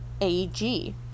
AG